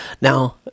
Now